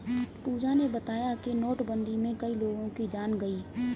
पूजा ने बताया कि नोटबंदी में कई लोगों की जान गई